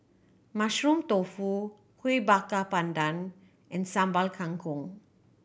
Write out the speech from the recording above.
Mushroom Tofu Kuih Bakar Pandan and Sambal Kangkong